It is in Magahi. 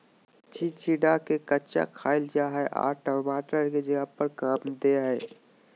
चिचिंडा के कच्चा खाईल जा हई आर टमाटर के जगह काम दे हइ